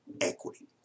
equity